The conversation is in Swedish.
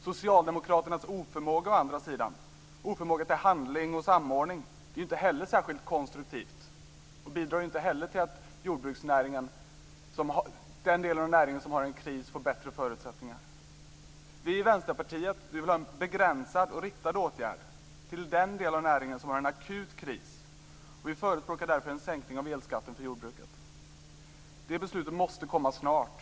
Å andra sidan är inte socialdemokraternas oförmåga till handling och samordning särskilt konstruktiv och bidrar inte heller till att den del av jordbruksnäringen som är i kris får bättre förutsättningar. Vi i Vänsterpartiet vill ha en begränsad och riktad åtgärd till den del av näringen som har en akut kris. Vi förespråkar därför en sänkning av elskatten för jordbruket. Ett beslut härom måste komma snart.